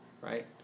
right